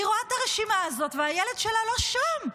והיא רואה את הרשימה הזאת, והילד שלה לא שם.